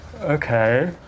Okay